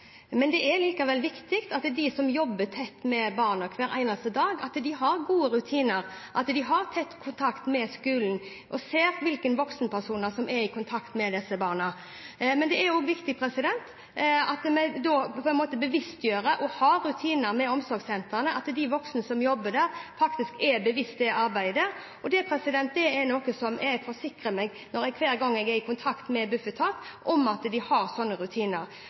men det er likevel viktig at de som jobber tett med barna hver eneste dag, har gode rutiner, at de har tett kontakt med skolen og ser hvilke voksenpersoner som er i kontakt med disse barna. Men det er også viktig at vi bevisstgjør og har rutiner i omsorgssentrene på at de voksne som jobber der, faktisk er bevisst det arbeidet. Det er noe jeg forsikrer meg om hver gang jeg er i kontakt med Bufetat, at de har sånne rutiner.